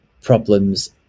problems